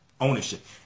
Ownership